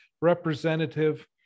representative